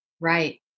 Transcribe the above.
Right